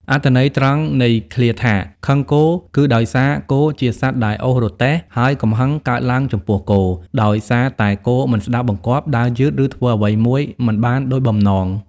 អត្ថន័យត្រង់នៃឃ្លាថា ខឹងគោ គឺដោយសារគោជាសត្វដែលអូសរទេះ ហើយកំហឹងកើតឡើងចំពោះគោ ដោយសារតែគោមិនស្ដាប់បង្គាប់ ដើរយឺត ឬធ្វើអ្វីមួយមិនបានដូចបំណង។